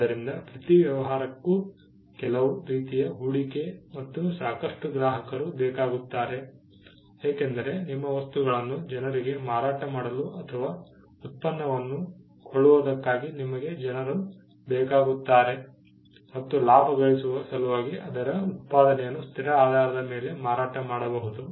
ಆದ್ದರಿಂದ ಪ್ರತಿ ವ್ಯವಹಾರಕ್ಕೂ ಕೆಲವು ರೀತಿಯ ಹೂಡಿಕೆ ಮತ್ತು ಸಾಕಷ್ಟು ಗ್ರಾಹಕರು ಬೇಕಾಗುತ್ತಾರೆ ಏಕೆಂದರೆ ನಿಮ್ಮ ವಸ್ತುಗಳನ್ನು ಜನರಿಗೆ ಮಾರಾಟ ಮಾಡಲು ಅಥವಾ ಉತ್ಪನ್ನವನ್ನು ಕೊಳ್ಳುವುದಕ್ಕಾಗಿ ನಿಮಗೆ ಜನರು ಬೇಕಾಗುತ್ತಾರೆ ಮತ್ತು ಲಾಭ ಗಳಿಸುವ ಸಲುವಾಗಿ ಅದರ ಉತ್ಪಾದನೆಯನ್ನು ಸ್ಥಿರ ಆಧಾರದ ಮೇಲೆ ಮಾರಾಟ ಮಾಡಬಹುದು